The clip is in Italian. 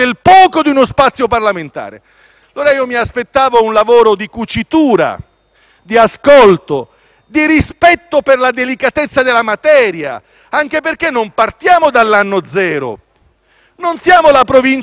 di ascolto e di rispetto per la delicatezza della materia, anche perché non partiamo dall'anno zero, non siamo la Provincia di Lodi, che è nata qualche anno fa, siamo il Parlamento della Repubblica italiana,